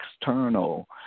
external